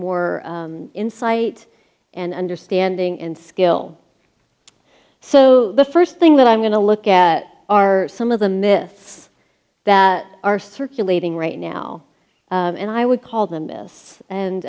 more insight and understanding and skill so the first thing that i'm going to look at are some of the myths that are circulating right now and i would call them this